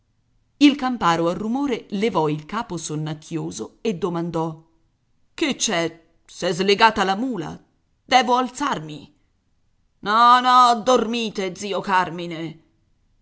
il camparo al rumore levò il capo sonnacchioso e domandò che c'è s'è slegata la mula devo alzarmi no no dormite zio carmine